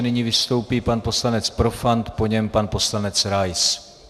Nyní vystoupí pan poslanec Profant, po něm pan poslanec Rais.